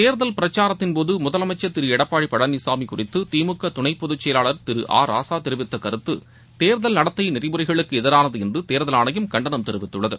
தேர்தல் பிரசாரத்தின்போது முதலமைச்சர் திரு எடப்பாடி பழனிசாமி குறித்து திமுக துணை பொதுச்செயலாளர் திரு ஆ ராசா தெரிவித்த கருத்து தேர்தல் நடத்தை நெறிமுறைகளுக்கு எதிரானது என்று தேர்தல் ஆணையம் கண்டனம் தெரிவித்துள்ளது